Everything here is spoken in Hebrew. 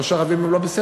לא שערבים הם לא בסדר.